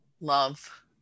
love